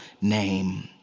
name